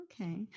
Okay